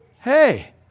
hey